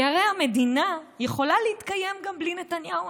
כי הרי המדינה יכולה להתקיים גם בלי נתניהו.